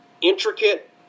intricate